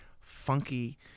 funky